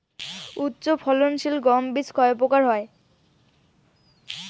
উচ্চ ফলন সিল গম বীজ কয় প্রকার হয়?